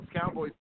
Cowboys